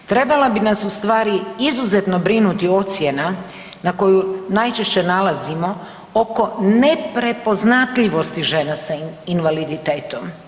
Trebala bi nas ustvari izuzetno brinuti ocjena na koju najčešće nalazimo oko neprepoznatljivosti žena s invaliditetom.